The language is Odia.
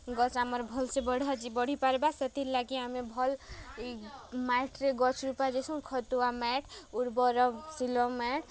ଗଛ୍ ଆମର୍ ଭଲ୍ସେ ବଢ଼ିଯିବା ବଢ଼ି ପାର୍ବା ସେଥିର୍ଲାଗି ଆମେ ଭଲ୍ ମାଏଟ୍ରେ ଗଛ୍ ରୂପା ଯାଏସୁଁ ଖତୁଆ ମାଏଟ୍ ଉର୍ବର୍ ସୁଲଭ୍ ମାଏଟ୍